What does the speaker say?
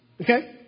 Okay